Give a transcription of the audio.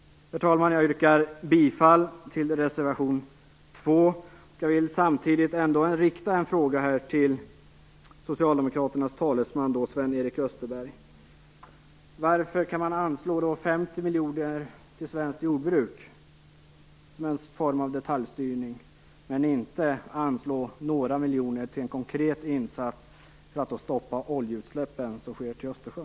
Herr talman! Jag yrkar bifall till reservation 2. Jag vill samtidigt rikta en fråga till Socialdemokraternas talesman Sven-Erik Österberg. Varför kan man anslå 50 miljoner kronor till svenskt jordbruk, alltså en form av detaljstyrning, men inte anslå några miljoner till en konkret insats för att stoppa oljeutsläppen i Östersjön?